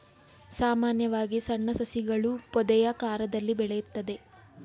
ಸಾಮಾನ್ಯವಾಗಿ ಸಣ್ಣ ಸಸಿಗಳು ಪೊದೆಯಾಕಾರದಲ್ಲಿ ಬೆಳೆಯುತ್ತದೆ